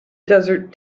desert